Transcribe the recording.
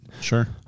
Sure